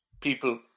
people